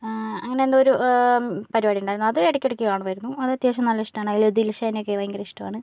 അങ്ങനെ എന്തോ ഒരു പരിപാടിയുണ്ടായിരുന്നു അത് ഇടക്കിടയ്ക്ക് കാണുമായിരുന്നു അത് അത്യാവശ്യം നല്ല ഇഷ്ടമാണ് അതിൽ ദിൽഷാനെ ഒക്കെ ഭയങ്കര ഇഷ്ടമാണ്